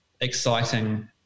exciting